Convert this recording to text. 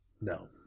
No